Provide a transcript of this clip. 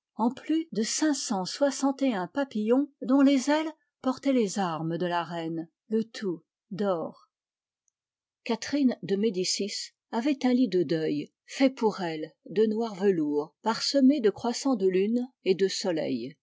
en plus de cinq cent soixante et un papillons dont les ailes portaient les armes de la reine le tout d'or catherine de médicis avait un lit de deuil fait pour elle de noir velours parsemé de croissants de lune et de soleils